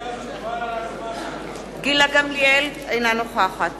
אינו משתתף בהצבעה גילה גמליאל, אינה נוכחת